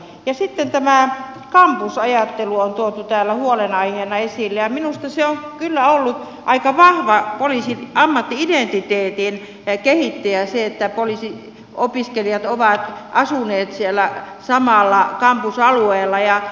sitten tämä kampusajattelu on tuotu täällä huolenaiheena esille ja minusta se on kyllä ollut aika vahva poliisin ammatti identiteetin kehittäjä että poliisiopiskelijat ovat asuneet siellä samalla kampusalueella